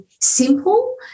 simple